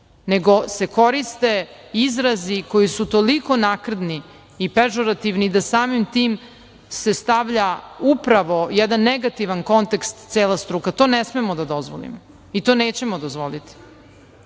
nego se koriste izrazi koji su toliko nagrdni i pežorativni da samim tim se stavlja upravo u jedan negativan kontekst cela struka. To ne smemo da dozvolimo i to nećemo dozvoliti. To